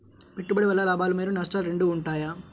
పెట్టుబడి వల్ల లాభాలు మరియు నష్టాలు రెండు ఉంటాయా?